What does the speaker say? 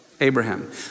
Abraham